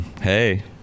hey